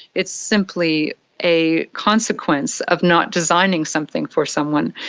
it simply a consequence of not designing something for someone.